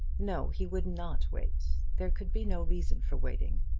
no he would not wait. there could be no reason for waiting.